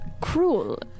cruel